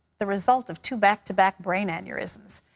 the result of two back to back brain aneurysms.